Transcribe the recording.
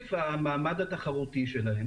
מתוקף המעמד התחרותי שלהם,